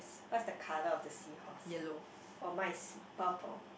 what's the colour of the seahorse oh mine is purple